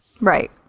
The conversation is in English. Right